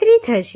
53 થશે